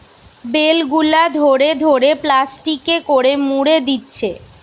bell গুলা ধরে ধরে প্লাস্টিকে করে মুড়ে দিচ্ছে